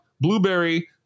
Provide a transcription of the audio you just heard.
blueberry